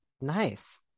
Nice